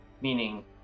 Meaning